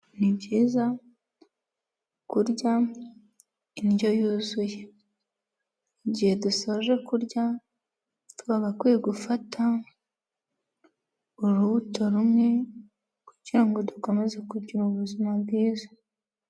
Ni byiza kurya indyo yuzuye, igihe dusoje kurya twagakwiye gufata urubuto rumwe kugira ngo dukomeze kugira ubuzima bwiza.